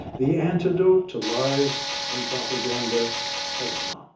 the antidote to lies and propaganda has not